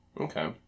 Okay